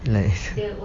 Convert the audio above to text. like